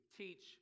teach